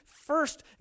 First